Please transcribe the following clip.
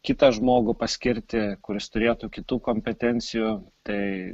kitą žmogų paskirti kuris turėtų kitų kompetencijų tai